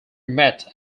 met